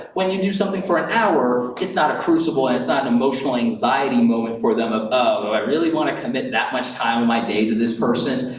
when you do something for an hour, it's not a crucible and it's not an emotional anxiety moment for them ah of oh, do i really wanna commit that much time of my day to this person?